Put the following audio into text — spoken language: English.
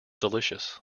delicious